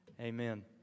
Amen